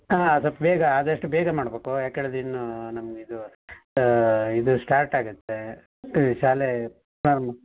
ಹಾಂ ಸೊಲ್ಪ ಬೇಗ ಆದಷ್ಟು ಬೇಗ ಮಾಡಬೇಕು ಯಾಕೆ ಹೇಳಿದ್ರೆ ಇನ್ನೂ ನಮ್ಗೆ ಇದು ಇದು ಸ್ಟಾರ್ಟ್ ಆಗತ್ತೇ ಈ ಶಾಲೆ ಪ್ರಾರಂಭ